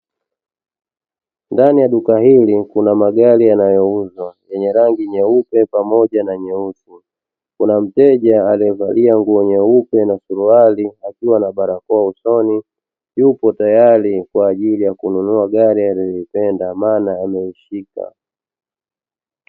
Ndani ya duka hili kuna magari yanayo uzwa, yenye rangi nyeupe pamoja na rangi nyeusi, kuna mteja aliye valia nguo nyeupe na suruali akiwa na barakoa usoni. Yupo tayari kwa ajili ya kununua gari anayo ipenda maana ameishika.